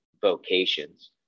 vocations